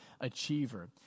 achiever